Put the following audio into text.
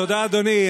תודה, אדוני.